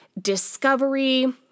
discovery